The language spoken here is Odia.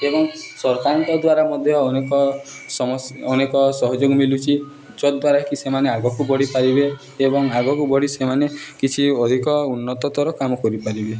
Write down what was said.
ଏବଂ ସରକାରଙ୍କ ଦ୍ୱାରା ମଧ୍ୟ ଅନେକ ସମସ୍ ଅନେକ ସହଯୋଗ ମିଲୁଛି ଯଦ୍ଵାରା କିି ସେମାନେ ଆଗକୁ ବଢ଼ିପାରିବେ ଏବଂ ଆଗକୁ ବଢ଼ି ସେମାନେ କିଛି ଅଧିକ ଉନ୍ନତତର କାମ କରିପାରିବେ